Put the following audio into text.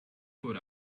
for